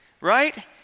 right